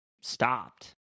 stopped